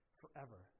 forever